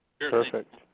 Perfect